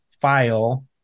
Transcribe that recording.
file